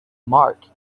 mark